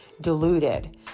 diluted